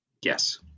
Yes